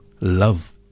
love